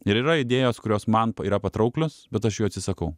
ir yra idėjos kurios man yra patrauklios bet aš jų atsisakau